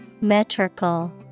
Metrical